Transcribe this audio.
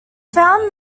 found